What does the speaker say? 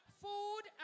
food